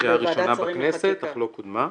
בקריאה ראשונה בכנסת, אך לא קודמה.